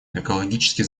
экологически